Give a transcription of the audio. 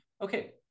Okay